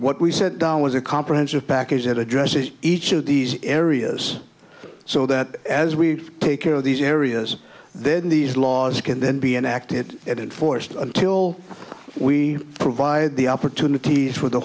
what we set down was a comprehensive package that addresses each of these areas so that as we take care of these areas then these laws can then be enacted and enforced until we provide the opportunity for the